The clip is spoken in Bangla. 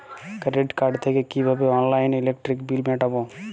ক্রেডিট কার্ড থেকে কিভাবে অনলাইনে ইলেকট্রিক বিল মেটাবো?